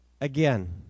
again